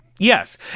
Yes